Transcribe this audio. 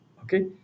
Okay